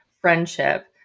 friendship